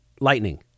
lightning